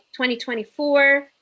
2024